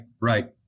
right